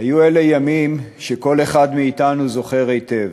היו אלה ימים שכל אחד מאתנו זוכר היטב.